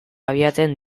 abiatzen